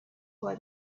why